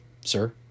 sir